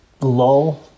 lull